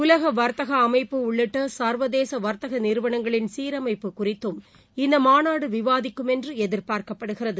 உலக வா்த்தக அமைப்பு உள்ளிட்ட சா்வதேச வா்த்தக நிறுவனங்களின் சீரமைப்பு குறித்தும் இந்த மாநாடு விவாதிக்கும் என்று எதிர்பார்க்கப்படுகிறது